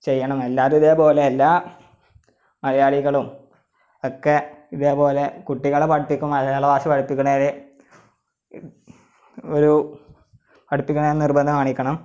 ചെയ്യണം എല്ലാവരും ഇതേപോലെ അല്ല മലയാളികളും ഒക്കെ ഇതേപോലെ കുട്ടികളെ പഠിപ്പിക്കു മലയാള ഭാഷ പഠിപ്പിക്കുന്നതിൽ ഒരു പഠിപ്പിക്കുന്നതിൽ നിർബന്ധം കാണിക്കണം